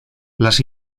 las